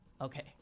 Okay